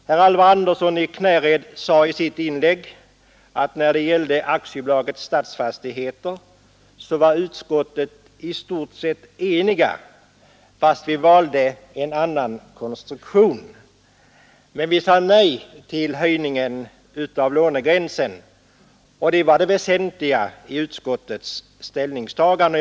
Herr Andersson i Knäred sade i sitt inlägg att när det gällde AB tän en del valde en Stadsfastigheter så var utskottet i stort sett enigt, fa annan konstruktion; utskottet sade nej till en höjning av lånegränsen, och det var det väsentliga i utskottets ställningstagande.